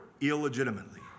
illegitimately